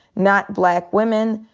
not black women.